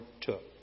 took